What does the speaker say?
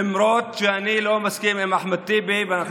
למרות שאני לא מסכים עם אחמד טיבי ואנחנו